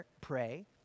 Pray